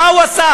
מה הוא עשה?